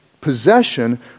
possession